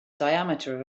diameter